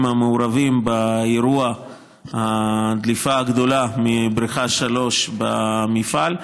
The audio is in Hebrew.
המעורבים באירוע הדליפה הגדולה מבריכה 3 במפעל.